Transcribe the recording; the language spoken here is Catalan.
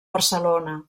barcelona